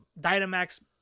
Dynamax